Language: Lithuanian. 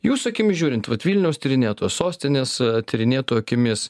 jūsų akimis žiūrint vat vilniaus tyrinėtojo sostinės tyrinėtojo akimis